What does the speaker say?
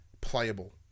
playable